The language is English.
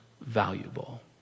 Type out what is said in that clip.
valuable